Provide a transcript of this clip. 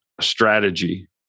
strategy